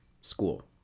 school